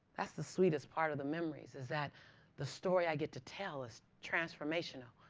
that's the sweetest part of the memories is that the story i get to tell is transformational.